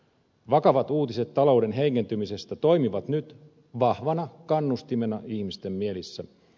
vakavat uutiset talouden heikentymisestä toimivat nyt vahvana kannustimena ihmisten mielissä